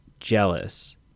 jealous